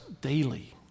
daily